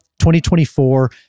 2024